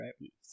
right